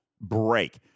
break